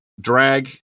drag